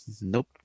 nope